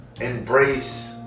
embrace